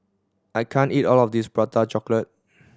I can't eat all of this Prata Chocolate